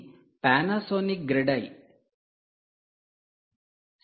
ఇది 'Panasonic grid eye' 'Panasonic grid EYE'